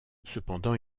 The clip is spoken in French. cependant